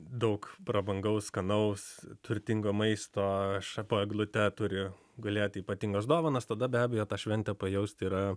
daug prabangaus skanaus turtingo maisto aš po eglute turi gulėti ypatingos dovanos tada be abejo tą šventą pajausti yra